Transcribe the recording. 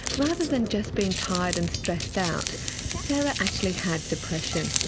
rather than just being tired and stressed out sarah actually had depression.